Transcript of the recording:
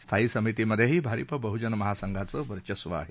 स्थायी समितीमध्येही भारिप बहुजन महासंघांचं वर्चस्व आहे